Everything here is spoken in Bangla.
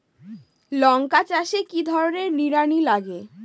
লঙ্কা চাষে কি ধরনের নিড়ানি লাগে?